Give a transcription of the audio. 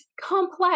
Complex